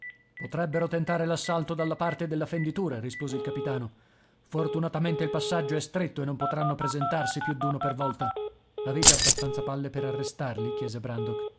potrebbero tentare l'assalto dalla parte della fenditura rispose il capitano fortunatamente il passaggio è stretto e non potranno presentarsi più d'uno per volta avete abbastanza palle per arrestarli chiese brandok